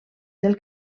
del